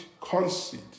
conceit